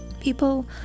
People